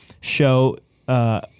show –